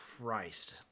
Christ